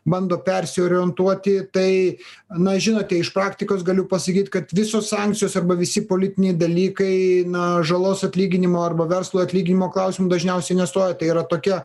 bando persiorientuoti tai na žinote iš praktikos galiu pasakyt kad visos sankcijos arba visi politiniai dalykai na žalos atlyginimo arba verslo atlyginimo klausimu dažniausiai nestoja tai yra tokia